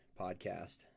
podcast